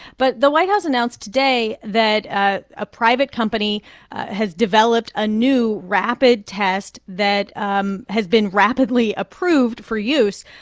but the white house announced today that ah a private company has developed a new, rapid test that um has been rapidly approved for use.